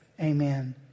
Amen